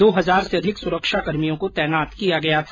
दो हजार से अधिक सुरक्षार्भियों को तैनात किया गया था